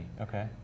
Okay